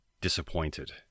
disappointed